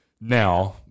now